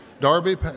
Darby